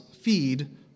feed